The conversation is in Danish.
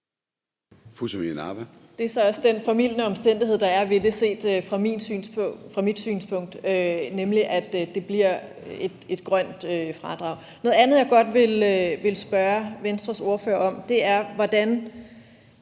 Det er så også den formildende omstændighed, der er ved det, set fra mit synspunkt, nemlig at det bliver et grønt fradrag. Noget andet, jeg godt vil spørge Venstres ordfører om, er, hvordan